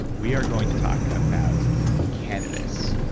we are going to talk about cannabis.